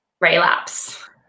Relapse